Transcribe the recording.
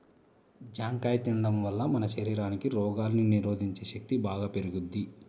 జాంకాయ తిండం వల్ల మన శరీరానికి రోగాల్ని నిరోధించే శక్తి బాగా పెరుగుద్ది